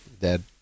dead